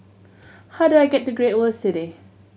how do I get to Great World City